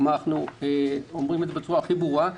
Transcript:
אנחנו אומרים את זה בצורה הכי ברורה.